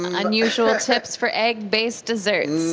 and unusual tips for egg-based desserts.